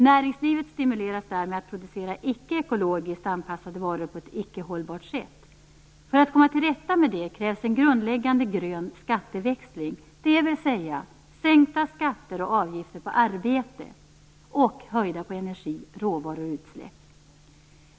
Näringslivet stimuleras därmed till att producera icke ekologiskt anpassade varor på ett icke-hållbart sätt. För att komma till rätta med det krävs en grundläggande grön skatteväxling, dvs. sänkta skatter och avgifter på arbete och höjda skatter på energi, råvaror och utsläpp.